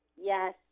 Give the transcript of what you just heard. Yes